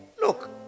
look